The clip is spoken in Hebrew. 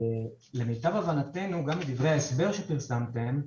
למיטב הבנתנו, גם מדברי ההסבר שפרסמתם,